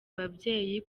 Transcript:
ababyeyi